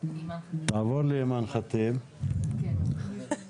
כולנו יודעים כמה פניות, וגם הנושא של